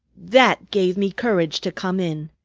that gave me courage to come in.